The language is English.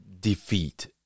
defeat